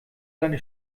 seine